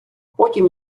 потім